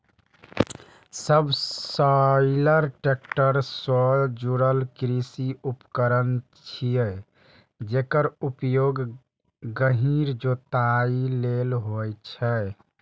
subsoiler tractor सं जुड़ल कृषि उपकरण छियै, जेकर उपयोग गहींर जोताइ लेल होइ छै